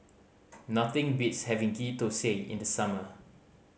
nothing beats having Ghee Thosai in the summer